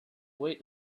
wait